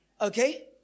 Okay